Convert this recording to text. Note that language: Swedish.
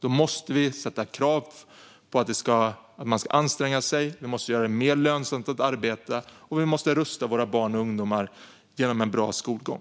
Då måste vi ställa krav på att människor ska anstränga sig. Vi måste göra det mer lönsamt att arbeta. Och vi måste rusta våra barn och ungdomar genom en bra skolgång.